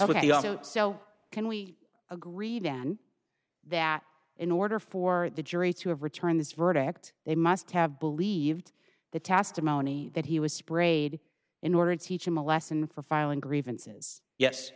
also so can we agree dan that in order for the jury to have returned this verdict they must have believed the testimony that he was sprayed in order to teach him a lesson for filing grievances yes